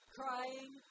crying